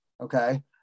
okay